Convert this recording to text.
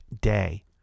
day